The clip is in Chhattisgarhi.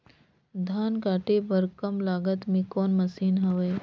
धान काटे बर कम लागत मे कौन मशीन हवय?